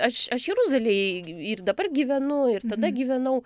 aš aš jeruzalėj ir dabar gyvenu ir tada gyvenau